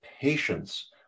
patience